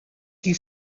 qui